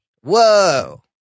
Whoa